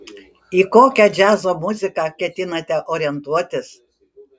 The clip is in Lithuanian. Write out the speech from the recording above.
į kokią džiazo muziką ketinate orientuotis